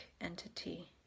entity